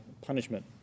punishment